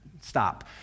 stop